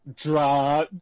draw